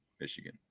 Michigan